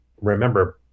remember